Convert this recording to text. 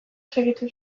segitu